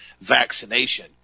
vaccination